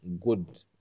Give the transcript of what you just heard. good